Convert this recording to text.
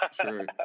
true